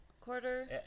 quarter